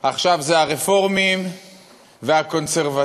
עכשיו זה הרפורמים והקונסרבטיבים,